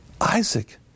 Isaac